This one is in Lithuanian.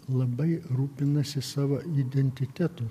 labai rūpinasi savo identitetu